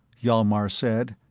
hjalmar said,